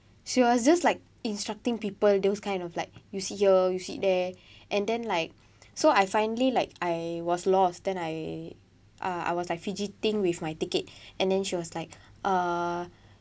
she was just like instructing people those kind of like you sit here you sit there and then like so I finally like I was lost then I uh I was like fidgeting with my ticket and then she was like uh